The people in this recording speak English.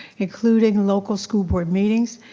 including local school board meetings,